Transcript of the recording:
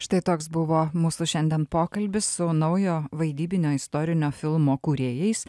štai toks buvo mūsų šiandien pokalbis su naujo vaidybinio istorinio filmo kūrėjais